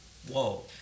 Whoa